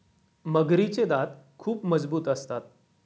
मगरीचे दात खूप मजबूत असतात